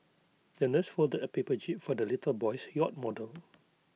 the nurse folded A paper jib for the little boy's yacht model